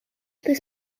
this